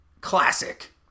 classic